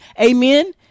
Amen